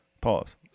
Pause